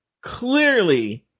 Clearly